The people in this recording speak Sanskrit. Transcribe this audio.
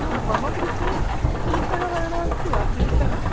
हा मम कृते पीतः वर्णः अस्ति वा पीतः